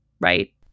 right